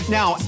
Now